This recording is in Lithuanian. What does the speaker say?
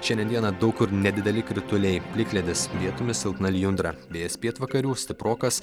šiandien dieną daug kur nedideli krituliai plikledis vietomis silpna lijundra vėjas pietvakarių stiprokas